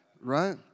right